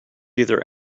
either